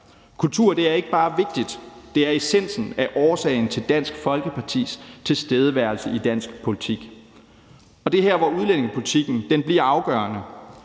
Kultur er ikke bare vigtigt; det er essensen af årsagen til Dansk Folkepartis tilstedeværelse i dansk politik. Og det er her, hvor udlændingepolitikken bliver afgørende,